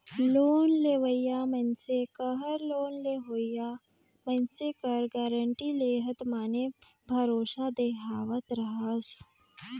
loan लेवइया मइनसे कहर लोन लेहोइया मइनसे कर गारंटी लेहत माने भरोसा देहावत हस